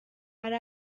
hari